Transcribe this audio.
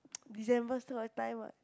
December still got time what